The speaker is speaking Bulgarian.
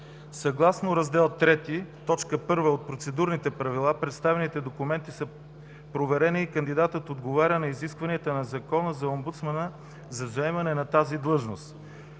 Съгласно Раздел III, т. 1 от Процедурните правила представените документи са проверени и кандидатът отговаря на изискванията на Закона за омбудсмана за заемане на тази длъжност.